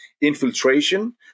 infiltration